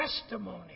testimony